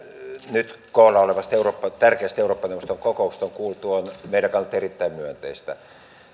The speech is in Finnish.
nyt koolla olevasta tärkeästä eurooppa neuvoston kokouksesta on kuultu on meidän kannaltamme erittäin myönteistä